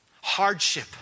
hardship